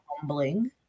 humbling